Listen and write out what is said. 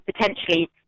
potentially